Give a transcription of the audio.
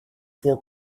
for